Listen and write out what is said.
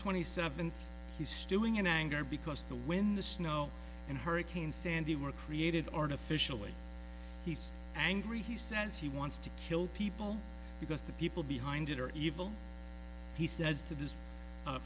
twenty seventh he's stealing in anger because the when the snow and hurricane sandy were created artificially he's angry he says he wants to kill people because the people behind it are evil he says to